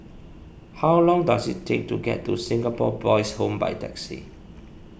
how long does it take to get to Singapore Boys' Home by taxi